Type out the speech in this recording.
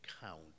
count